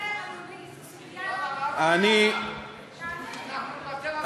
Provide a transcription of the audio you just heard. למה, אנחנו נוותר על רשות הדיבור שלנו.